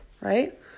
right